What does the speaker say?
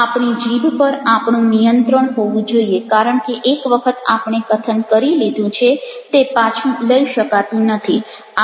આપણી જીભ પર આપણું નિયંત્રણ હોવું જોઈએ કારણ કે એક વખત આપણે કથન કરી લીધું છે તે પાછું લઈ શકાતું નથી